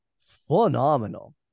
phenomenal